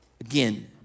again